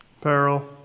Peril